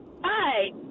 Hi